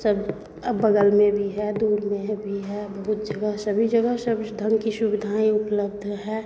सब अब बगल में भी है दूर में है भी है बहुत जगह सभी जगह सब धन की सुविधाएँ उपलब्ध है